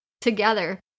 together